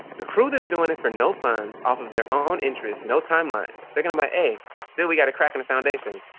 the crew is doing it for no funds off of their own interests, no timeline, they're gonna buy a deal. we got a crack in the foundation.